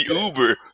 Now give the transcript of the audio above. uber